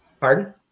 Pardon